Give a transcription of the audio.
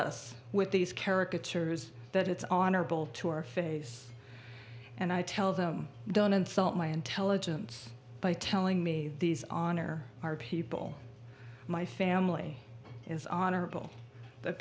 us with these caricature is that it's honorable to our face and i tell them don't insult my intelligence by telling me these honor our people my family is honorable th